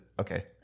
Okay